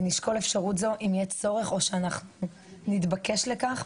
ונשקול אפשרות זו אם יהיה צורך או שאנחנו נתבקש לכך.